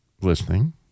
listening